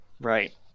Right